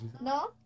No